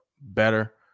better